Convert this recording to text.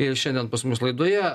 ir šiandien pas mus laidoje